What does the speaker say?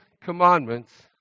commandments